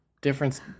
Difference